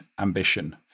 ambition